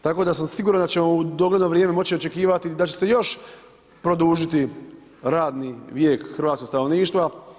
Tako da sam siguran da ćemo u dogledno vrijeme moći očekivati da će se još produžiti radni vijek hrvatskog stanovništva.